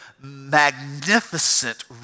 magnificent